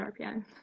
RPI